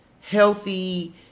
healthy